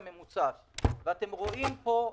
"מלט הר-טוב" נסגר והם הפכו להיות יבואנים.